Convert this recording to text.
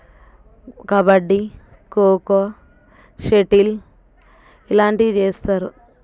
kabaddi kho kho shuttle ఇలాంటివి చేస్తారు